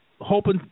hoping